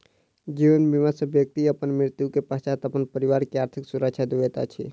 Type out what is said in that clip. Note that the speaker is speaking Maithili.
जीवन बीमा सॅ व्यक्ति अपन मृत्यु के पश्चात अपन परिवार के आर्थिक सुरक्षा दैत अछि